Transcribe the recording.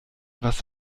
was